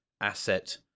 asset